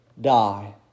die